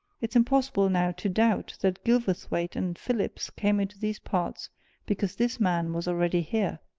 it's impossible, now, to doubt that gilverthwaite and phillips came into these parts because this man was already here!